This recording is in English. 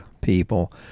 people